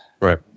right